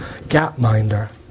Gapminder